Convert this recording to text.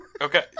okay